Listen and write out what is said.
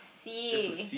see